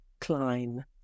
klein